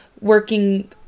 working